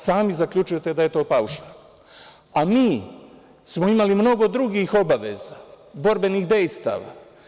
Sami zaključujete da je to paušal, a mi smo imali mnogo drugih obaveza, borbenih dejstava.